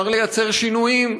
אפשר לייצר שינויים,